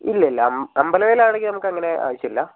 ഇല്ലില്ല അം അമ്പലവയൽ ആണെങ്കിൽ നമുക്കങ്ങനെ ആവശ്യമില്ല